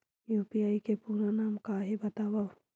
UPI के पूरा नाम का हे बतावव?